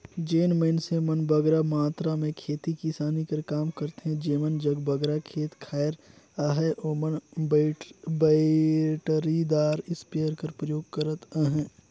जेन मइनसे मन बगरा मातरा में खेती किसानी कर काम करथे जेमन जग बगरा खेत खाएर अहे ओमन बइटरीदार इस्पेयर कर परयोग करत अहें